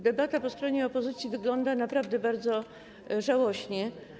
Debata po stronie opozycji wygląda naprawdę bardzo żałośnie.